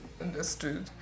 Understood